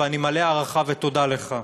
ואני מלא הערכה ותודה לך.